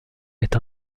est